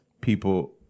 People